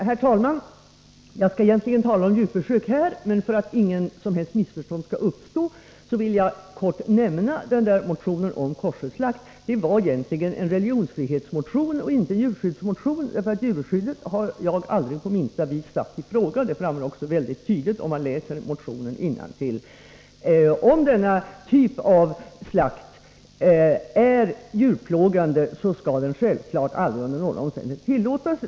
Herr talman! Jag skall egentligen tala om djurförsök, men för att inget som helst missförstånd skall uppstå vill jag nämna att motionen om koscherslakt egentligen var en religionsfrihetsmotion och inte en djurskyddsmotion. Djurskyddet har jag aldrig på minsta vis satt i fråga. Det framgår också väldigt tydligt om man läser motionen. Om denna typ av slakt är djurplågande, skall den självfallet aldrig under några omständigheter tillåtas.